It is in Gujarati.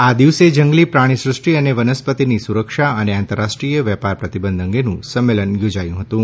આ દિવસે જંગલી પ્રાણીસૃષ્ટિ અને વનસ્પતિની સુરક્ષા અને આંતરરાષ્ટ્રીય વેપાર પ્રતિબંધ અંગેનું સંમેલન થોજાયું હતું